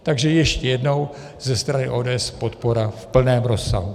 Takže ještě jednou, ze strany ODS podpora v plném rozsahu.